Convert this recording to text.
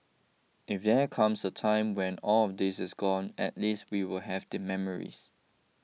if there comes a time when all of this is gone at least we will have the memories